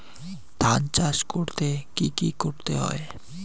ধান চাষ করতে কি কি করতে হয়?